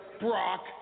Brock